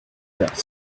towards